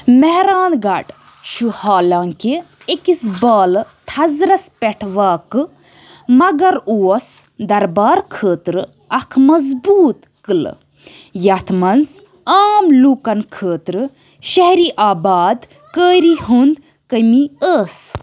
میٚہران گڑھ چھُ حالانٛکہِ أکِس بالہٕ تَھزَرس پٮ۪ٹھ واقعہٕ مگر اوس دربار خٲطرٕ اکھ مضبوٗط قٕلہٕ یتھ منٛز عام لوٗکَن خٲطرٕ شہری آباد کٲری ہھنٛد کٔمی ٲسۍ